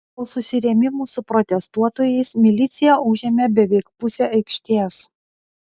po susirėmimų su protestuotojais milicija užėmė beveik pusę aikštės